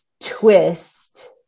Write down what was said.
twist